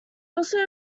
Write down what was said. also